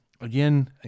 Again